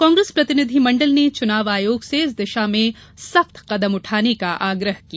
कांग्रेस प्रतिनिधि मंडल ने चुनाव आयोग से इस दिशा में सख्त कदम उठाने का आग्रह किया